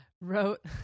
wrote